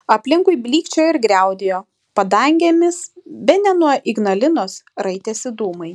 aplinkui blykčiojo ir griaudėjo padangėmis bene nuo ignalinos raitėsi dūmai